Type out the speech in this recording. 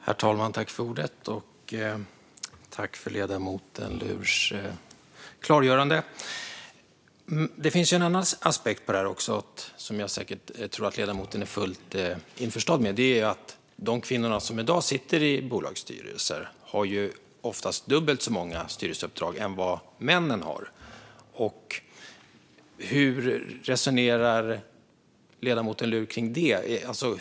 Herr talman! Tack för klargörandet, ledamoten! Det finns ju en annan aspekt av det här som jag säkert tror att ledamoten är fullt införstådd med, och det är att de kvinnor som i dag sitter i bolagsstyrelser oftast har dubbelt så många styrelseuppdrag som män. Hur resonerar ledamoten Luhr kring det?